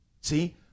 See